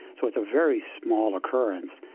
so it's a very small occurrence.